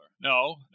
No